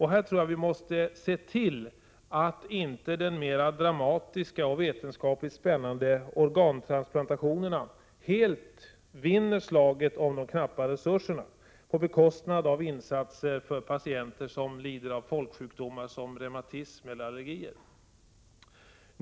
Här måste vi bara se till att inte de mera dramatiska och vetenskapligt spännande organtransplantationerna helt vinner slaget om de knappa resurserna på bekostnad av insatser för patienter som lider av folksjukdomar som reumatism eller allergier.